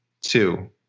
Two